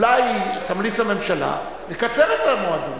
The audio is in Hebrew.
אולי תמליץ לממשלה לקצר את המועדים,